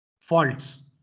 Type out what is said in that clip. faults